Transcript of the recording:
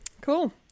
Cool